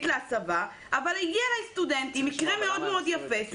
להסבה אבל הגיע אליי סטודנט אם מקרה מאוד יפה,